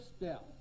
step